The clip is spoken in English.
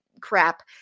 crap